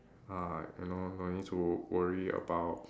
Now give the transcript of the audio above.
ah you know no need to worry about